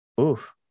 oof